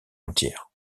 entière